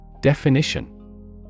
Definition